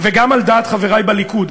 וגם על דעת חברי בליכוד,